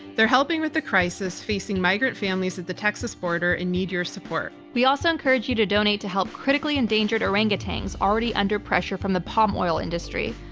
they're helping with the crisis facing migrant families at the texas border and need your support. we also encourage you to donate to help critically-endangered orangutans already under pressure from the palm oil industry.